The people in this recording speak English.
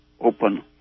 open